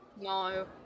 No